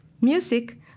music